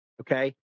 Okay